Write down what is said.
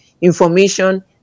information